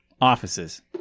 Offices